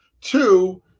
Two